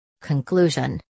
Conclusion